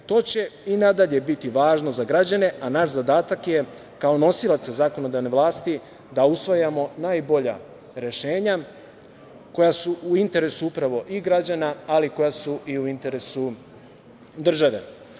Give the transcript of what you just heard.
To će i na dalje biti važno za građane, a naš zadatak je, kao nosilaca zakonodavne vlasti, da usvajamo najbolja rešenja koja su u interesu upravo i građana, ali i koja su u interesu države.